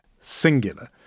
singular